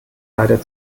leider